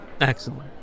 excellent